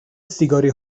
سیگاری